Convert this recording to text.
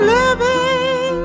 living